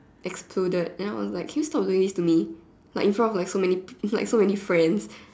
extruded then I was like can you stop doing this to me like in front of my so many it's like so many friends